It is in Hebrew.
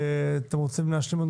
רוצים להשלים?